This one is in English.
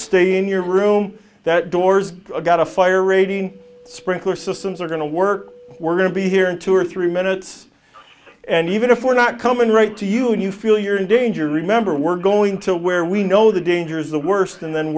stay in your room that door's got a fire rating sprinkler systems are going to work we're going to be here in two or three minutes and even if we're not coming right to you when you feel you're in danger remember we're going to where we know the dangers the worst and then